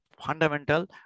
fundamental